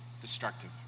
destructive